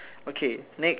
okay next